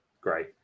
great